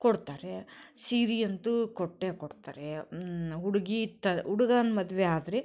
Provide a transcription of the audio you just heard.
ಕೊಡ್ತಾರೆ ಸೀರೆ ಅಂತೂ ಕೊಟ್ಟೇ ಕೊಡ್ತಾರೆ ಹುಡ್ಗಿ ತ ಹುಡ್ಗನ ಮದುವೆ ಆದರೆ